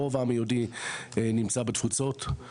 רוב העם היהודי נמצא בתפוצות,